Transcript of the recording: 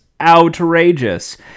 outrageous